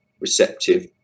receptive